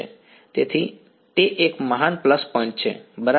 તેથી તે એક મહાન પ્લસ પોઈન્ટ છે બરાબર